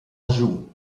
anjou